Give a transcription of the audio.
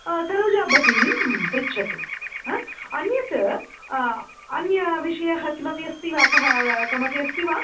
सरोजाभगिनीं पृच्छतु हा अन्यत् अन्यविषयः किमपि अस्ति वा सः कमपि अस्ति वा